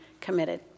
committed